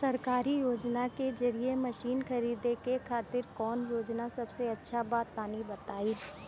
सरकारी योजना के जरिए मशीन खरीदे खातिर कौन योजना सबसे अच्छा बा तनि बताई?